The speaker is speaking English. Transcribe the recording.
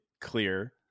clear